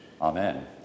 Amen